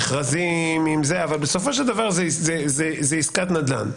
מכרזים ועוד, אבל בסופו של דבר זאת עסקת נדל"ן.